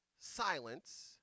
silence